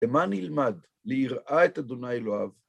ומה נלמד ליראה את אדוני אלוהיו?